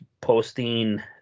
posting